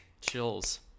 Chills